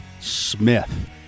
Smith